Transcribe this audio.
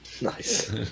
Nice